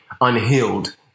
unhealed